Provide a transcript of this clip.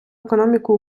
економіку